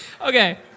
okay